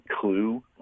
Clue